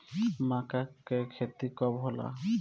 मक्का के खेती कब होला?